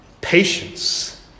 patience